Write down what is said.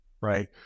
right